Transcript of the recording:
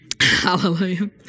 Hallelujah